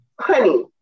honey